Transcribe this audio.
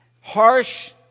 harsh